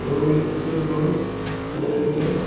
चवळेचो रोस चलये